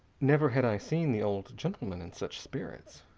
never had i seen the old gentleman in such spirits.